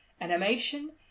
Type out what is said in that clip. animation